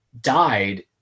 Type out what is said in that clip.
died